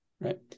right